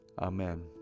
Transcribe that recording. Amen